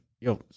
yo